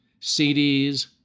CDs